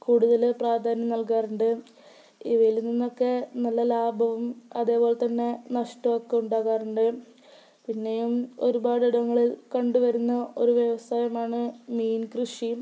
കൂടുതൽ പ്രാധാന്യം നൽകാറുണ്ട് ഇവയിൽ നിന്നൊക്കെ നല്ല ലാഭവും അതേപോലെതന്നെ നഷ്ടമൊക്കെ ഉണ്ടാകാറുണ്ട് പിന്നെയും ഒരുപാടിടങ്ങളിൽ കണ്ടു വരുന്ന ഒരു വ്യവസായമാണ് മീൻ കൃഷിയും